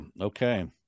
Okay